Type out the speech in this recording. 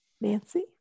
Nancy